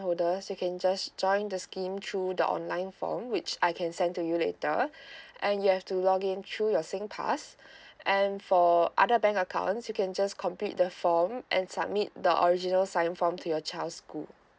holder you can just join the scheme through the online form which I can send to you later and you have to log in through your singpass and for other bank accounts you can just complete the form and submit the original sign form to your child school